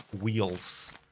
wheels